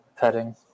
Petting